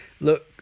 Look